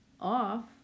off